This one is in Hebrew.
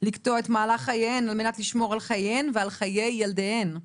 לקטוע את מהלך חייהן על מנת לשמור על חייהן ועל חיי ילדיהן.